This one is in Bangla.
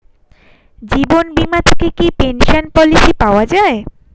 জীবন বীমা থেকে কি পেনশন পলিসি পাওয়া যায়?